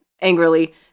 angrily